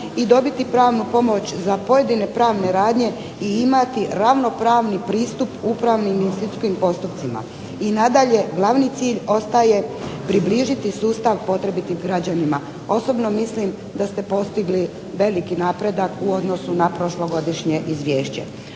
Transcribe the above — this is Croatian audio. i dobiti pravnu pomoć za pojedine pravne radnje i imati ravnopravni pristup upravnim …/Govornica udaljena od mikrofona, ne razumije se./… postupcima. I nadalje, glavni cilj ostaje približiti sustav potrebitim građanima, osobno mislim da ste postigli veliki napredak u odnosu na prošlogodišnje izvješće.